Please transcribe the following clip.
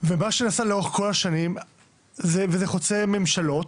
ומה שנעשה לאורך כל השנים וזה עניין שהוא חוצה ממשלות,